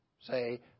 say